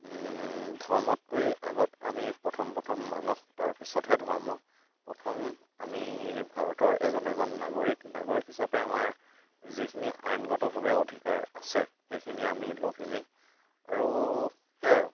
ধৰ্মতকৈ আগত আমি প্ৰথম প্ৰথম মানুহ তাৰপিছত হে ধৰ্ম প্ৰথম আমি ভাৰতৰ এজন এজন নাগৰিক নাগৰিক হিচাপে আমাৰ যিখিনি আইনগতভাৱে অধিকাৰ আছে সেইখিনি আমি লভিমেই আৰু সেয়াই আৰু